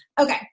Okay